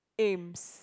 aims